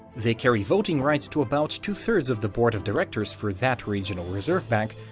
they carry voting rights to about two-thirds of the board of directors for that regional reserve bank,